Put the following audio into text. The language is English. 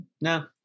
No